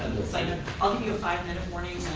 um you a five minute warning